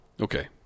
Okay